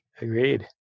Agreed